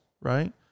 right